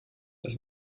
das